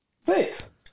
six